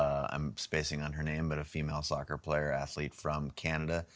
um i'm spacing on her name, but a female soccer player, athlete from canada,